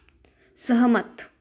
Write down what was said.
सहमत